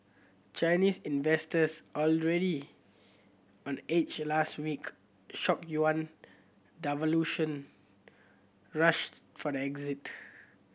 Chinese investors already on edge last week shock yuan rushed for the exit